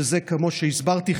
כמו שהסברתי,